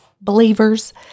believers